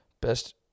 Best